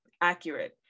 accurate